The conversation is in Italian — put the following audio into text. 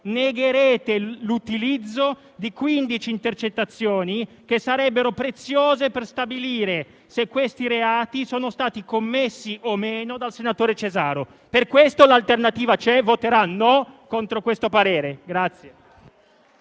negherete l'utilizzo di 15 intercettazioni che sarebbero preziose per stabilire se certi reati sono stati commessi o meno dal senatore Cesaro. Per questo L'Alternativa C'è voterà contro questa proposta.